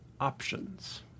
options